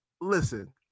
listen